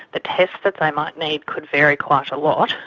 tests but might need could vary quite a lot,